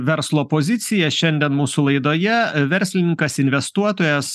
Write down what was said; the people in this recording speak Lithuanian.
verslo pozicija šiandien mūsų laidoje verslininkas investuotojas